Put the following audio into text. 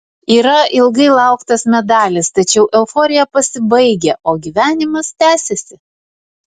yra ilgai lauktas medalis tačiau euforija pasibaigia o gyvenimas tęsiasi